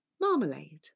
marmalade